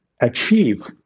achieve